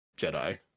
Jedi